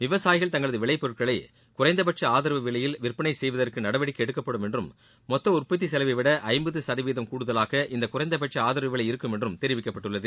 விவசாயிகள் தங்களது விளைபொருட்களை குறைந்தபட்ச ஆதரவு விலையில் விற்பனை செய்வதற்கு நடவடிக்கை எடுக்கப்படும் என்றும் மொத்த உற்பத்தி செலவைவிட ஐம்பது சதவீதம் கூடுதவாக இந்த குறைந்தபட்ச ஆதரவு விலை இருக்கும் என்றும் தெரிவிக்கப்பட்டுள்ளது